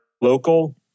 local